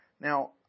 Now